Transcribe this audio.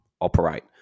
operate